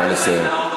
נא לסיים.